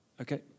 Okay